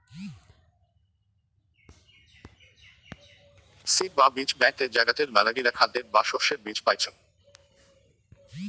seed বা বীজ ব্যাংকতে জাগাতের মেলাগিলা খাদ্যের বা শস্যের বীজ পাইচুঙ